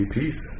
peace